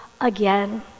again